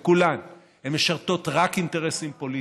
לכולן: הן משרתות רק אינטרסים פוליטיים,